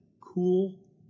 cool